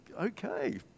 Okay